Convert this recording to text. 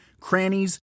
crannies